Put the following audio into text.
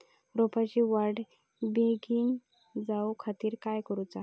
रोपाची वाढ बिगीन जाऊच्या खातीर काय करुचा?